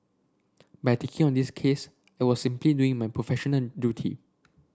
by taking on this case I was simply doing my professional duty